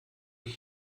ich